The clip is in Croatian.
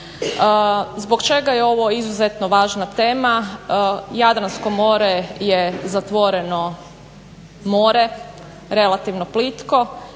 Zbog čega je ovo izuzetno važna tema, Jadransko more je zatvoreno more, relativno plitko